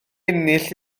ennill